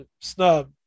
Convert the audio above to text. snub